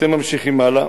אתם ממשיכים הלאה,